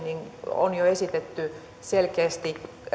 on jo esitetty selkeästi